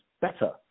better